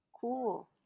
cool